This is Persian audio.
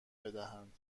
بدهند